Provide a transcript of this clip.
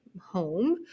home